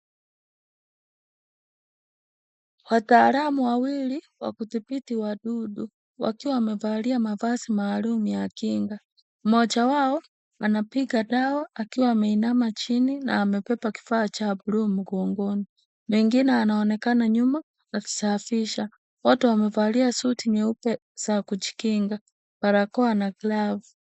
Wataalamu wawili wa kudhibiti wadudu wakiwa wamevalia mavazi maalum ya kinga. Mmoja wao, anapiga dawa akiwa ameinama chini na amebeba kifaa cha bluu mgongoni. Mwingine anaonekana nyuma akisafisha. Wote wamevalia suti nyeupe za kujikinga, barakoa na glavu.